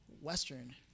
Western